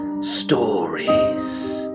Stories